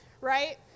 right